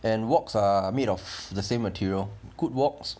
and woks are made of the same material good woks